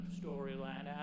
storyline